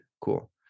Cool